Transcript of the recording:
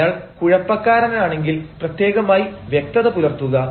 അയാൾ കുഴപ്പക്കാരനാണെങ്കിൽ പ്രത്യേകമായി വ്യക്തത പുലർത്തുക